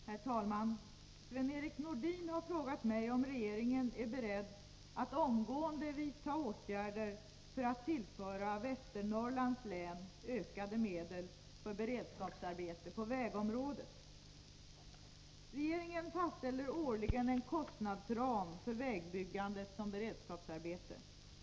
Herr talman! Sven-Erik Nordin har frågat mig om regeringen är beredd att omgående vidta åtgärder för att tillföra Västernorrlands län ökade medel för beredskapsarbeten på vägområdet. Regeringen fastställer årligen en kostnadsram för vägbyggandet som beredskapsarbete.